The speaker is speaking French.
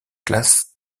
classe